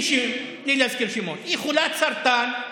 בלי להזכיר שמות, היא חולת סרטן.